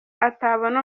atabona